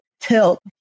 tilt